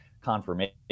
confirmation